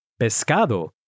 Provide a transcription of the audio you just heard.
pescado